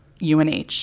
UNH